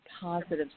positive